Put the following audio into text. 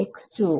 ഉം